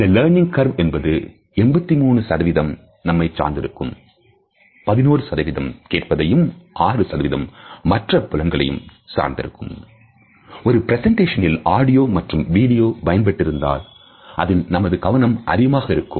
இந்த learning curve என்பது 83 நம்மை சார்ந்து இருக்கும் 11 கேட்பதையும் 6 மற்றப் புலன்களையும் சார்ந்திருக்கும்ஒரு பிரசெண்டேஷனில் ஆடியோ மற்றும் வீடியோ பயன்படுத்தப்பட்டிருந்தால் அதில் நமது கவனம் அதிகமாக இருக்கும்